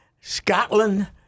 Scotland